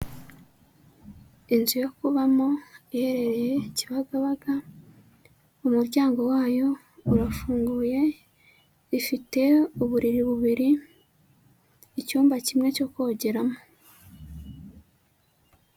Inzu yo kubamo iherereye Kibagabaga, umuryango wayo urafunguye, ifite uburiri bubiri, icyumba kimwe cyo kogeramo.